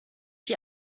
die